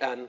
and